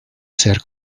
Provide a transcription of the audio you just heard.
ser